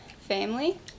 family